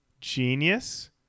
genius